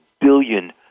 billion